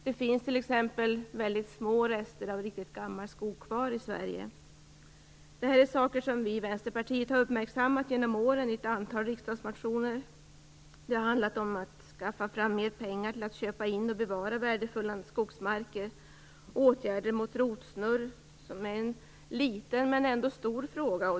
Det finns t.ex. väldigt små rester av riktigt gammal skog kvar i Sverige. Det här är saker som vi i Vänsterpartiet har uppmärksammat genom åren i ett antal riksdagsmotioner. Det har handlat om att skaffa fram mer pengar till att köpa in och bevara värdefulla skogsmarker. Det har varit åtgärder mot rotsnurr, som är en liten men ändå stor fråga.